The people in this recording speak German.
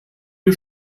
wir